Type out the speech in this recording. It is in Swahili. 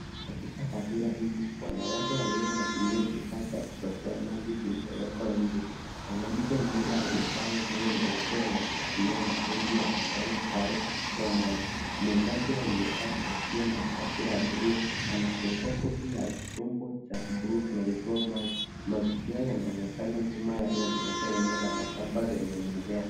Katika taswira hii, wanawake wawili wanatumia kifaa cha kuchotea maji kilichowekwa nje. Wanamke mmoja aliyevaa nguo nyeupe anashikilia mzungi wa manjano tayari kupokea maji. Mwenzake aliyevaa kofia na shati la buluu anafungua koki ya chombo cha buluu kinachotoa maji. Mazingira yanaonekana nyuma yanaonyesha eneo la mashamba yenye mimea.